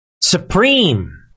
supreme